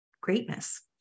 greatness